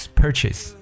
purchase